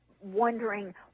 wondering